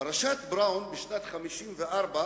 פרשת בראון בשנת 1954,